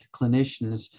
clinicians